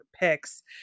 picks